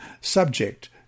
subject